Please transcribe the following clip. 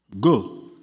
Go